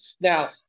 Now